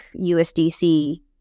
usdc